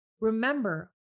Remember